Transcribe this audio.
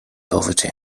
poverty